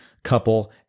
couple